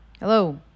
Hello